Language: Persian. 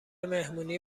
مهمونی